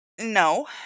No